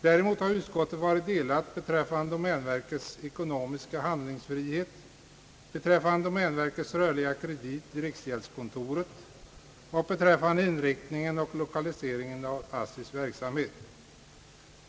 Däremot har det rått delade meningar inom utskottet beträffande domänverkets ekonomiska handlingsfrihet, beträffande domänverkets rörliga kredit i riksgäldskontoret och beträffande inriktningen och lokaliseringen av ASSI:s verksamhet.